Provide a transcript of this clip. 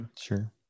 sure